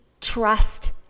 trust